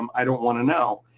um i don't wanna know.